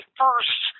first